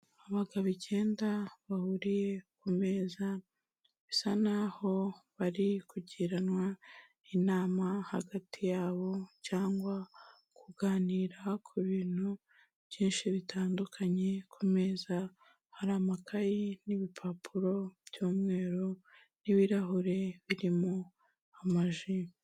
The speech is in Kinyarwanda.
Abagabo icyenda bahuriye ku meza bisa naho bari kugirana inama hagati yabo cyangwa kuganira ku bintu byinshi bitandukanye, ku meza hari amakaye n'ibipapuro by'umweru n'ibirahure birimo amaji.